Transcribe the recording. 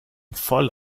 voll